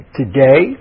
today